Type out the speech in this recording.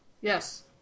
Yes